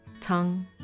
tongue